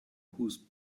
whose